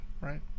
Right